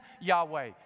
Yahweh